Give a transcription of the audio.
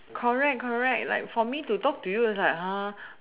correct correct like for me to talk to you it's like !huh!